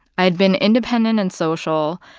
i had been independent and social.